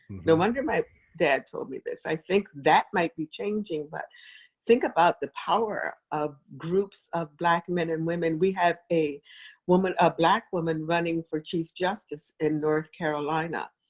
no wonder my dad told me this. i think that might be changing. but think about the power of groups of black men and women. we have a ah black woman running for chief justice in north carolina,